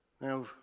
Now